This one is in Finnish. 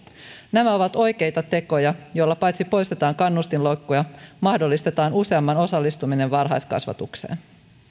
nämä ovat oikeita tekoja joilla paitsi poistetaan kannustinloukkuja mahdollistetaan useamman osallistuminen varhaiskasvatukseen